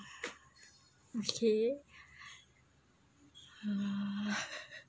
okay